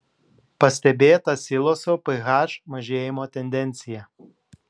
pastebėta siloso ph mažėjimo tendencija